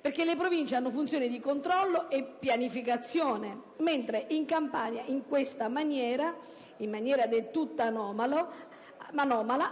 perché le Province hanno una funzione di controllo e pianificazione, mentre in Campania, in maniera del tutto anomala,